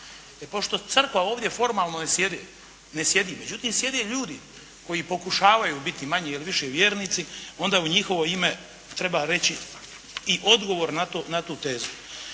pošto Crkva ovdje formalno ne sjedi, međutim sjede ljudi koji pokušavaju biti manje ili više vjernici, onda u njihovo ime treba reći i odgovor na tu tezu.